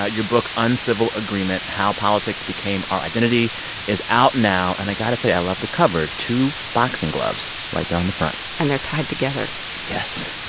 ah your book uncivil agreement how politics became our identity is out now. and i got to say, i love the cover two boxing gloves right there on the front and they're tied together yes.